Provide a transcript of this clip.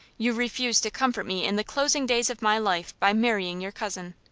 you refuse to comfort me in the closing days of my life by marrying your cousin.